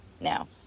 now